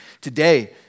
Today